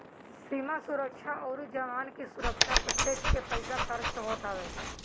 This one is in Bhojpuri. सीमा सुरक्षा अउरी जवान की सुविधा पे टेक्स के पईसा खरच होत हवे